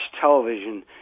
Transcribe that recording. television